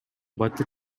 батир